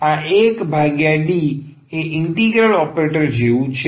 તેથી આ 1D એ ઇન્ટિગ્રલ ઓપરેટર જેવું છે